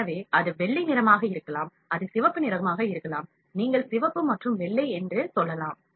எனவே அது வெள்ளை நிறமாக இருக்கலாம் அது சிவப்பு நிறமாக இருக்கலாம் நீங்கள் சிவப்பு மற்றும் வெள்ளை என்று சொல்லலாம்